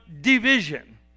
division